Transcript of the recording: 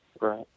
Right